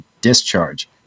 discharge